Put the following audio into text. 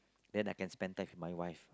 then I can spend time with my wife